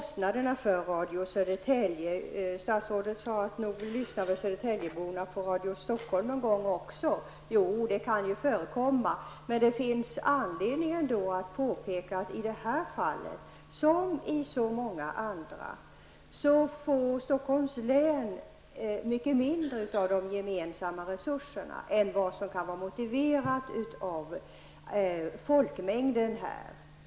Statsrådet sade att södertäljaborna nog lyssnar på Radio Stockholm någon gång också. Jo, det kan förekomma. Men det finns ändå anledning att påpeka att Stockholms län i det här fallet, som i så många andra, får mycket mindre av de gemensamma resurserna än vad som kan vara motiverat med tanke på folkmängden.